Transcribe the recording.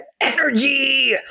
energy